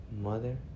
Mother